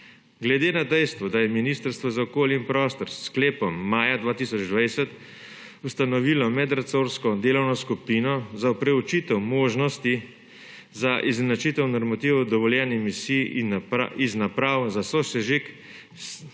Glede na dejstvo, da je Ministrstvo za okolje in prostor s sklepom maja 2020 ustanovilo medresorsko delovno skupino za preučitev možnosti za izenačitev normativov dovoljenih emisij iz naprav za sosežig